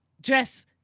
dress